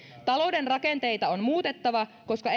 talouden rakenteita on muutettava koska